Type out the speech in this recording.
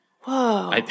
Whoa